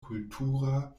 kultura